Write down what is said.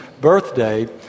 birthday